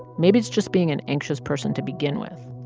maybe it's just being an anxious person to begin with.